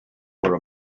were